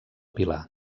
pilar